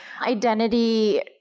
identity